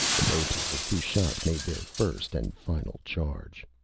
the nobles of kushat made their first, and final charge.